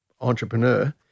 entrepreneur